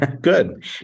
Good